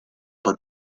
but